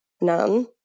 none